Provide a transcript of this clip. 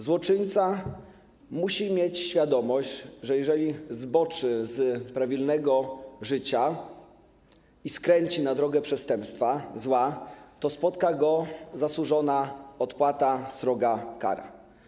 Złoczyńca musi mieć świadomość, że jeżeli zboczy z prawilnego życia i skręci na drogę przestępstwa, zła, to spotka go zasłużona odpłata, sroga kara.